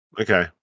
Okay